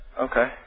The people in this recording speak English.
Okay